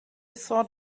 thought